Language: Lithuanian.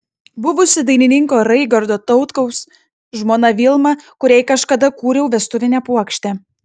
buvusi dainininko raigardo tautkaus žmona vilma kuriai kažkada kūriau vestuvinę puokštę